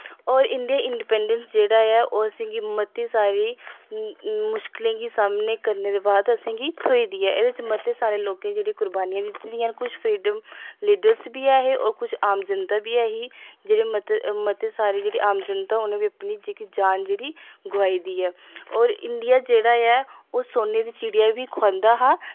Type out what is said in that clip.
होर India independence जेह्ड़ा ऐ ओह् असें गी मती सारी मुश्कलें दा सामना करने दे बाद असें गी थ्होई दी एह्दे च मते सारें लोकें जेह्की कुर्वानियां दित्ती दियां न किश फ्रीडम लीडर बी ऐहे ते होर किश आम जनता बी ही जेह्ड़े मते मती सारी जेह्डी आम जनता उ'नें बी अपनी जान जेह्ड़ी गोआई दी ऐ और इंडिया जेह्ड़ा ऐ ओह् सुन्ने दी चिड़ी बी खोआंदा ऐ